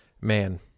man